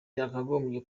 yakagombye